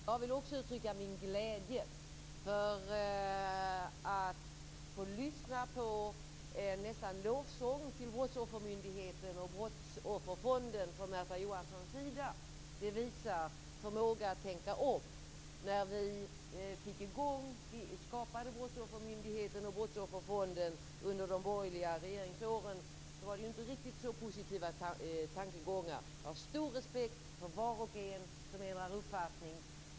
Fru talman! Märta Johansson sade avslutningsvis att hon gladde sig åt framstegen. Jag vill också uttrycka min glädje över att få lyssna på något som man nästan kan kalla en lovsång till Brottsoffermyndigheten och Brottsofferfonden från Märta Johanssons sida. Det visar förmåga att tänka om. När vi skapade Brottsoffermyndigheten och Brottsofferfonden under de borgerliga regeringsåren var det inte riktigt så positiva tankegångar. Jag har stor respekt för var och en som ändrar uppfattning.